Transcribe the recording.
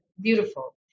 beautiful